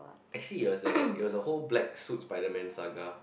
actually it was the it was a whole black suit Spider-Man saga